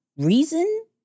reason